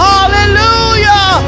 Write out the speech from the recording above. Hallelujah